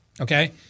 Okay